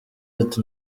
ati